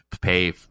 pay